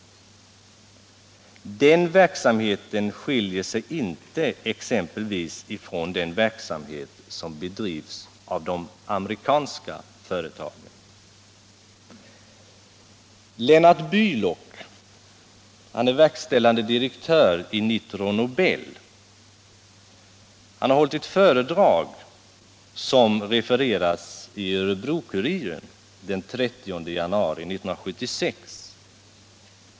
Den verksamheten skiljer sig inte exempelvis från den verksamhet som bedrivs av de amerikanska företagen. Lennart Bylock, verkställande direktören i Nitro Nobel, har hållit ett föredrag, som refererades i Örebro-Kuriren den 30 januari 1976.